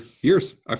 years